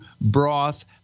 broth—